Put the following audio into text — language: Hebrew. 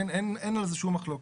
אין על זה שום מחלוקת.